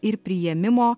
ir priėmimo